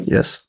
Yes